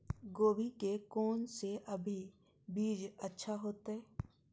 गोभी के कोन से अभी बीज अच्छा होते?